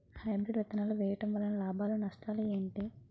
Hybrid విత్తనాలు వేయటం వలన లాభాలు నష్టాలు ఏంటి?